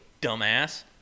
dumbass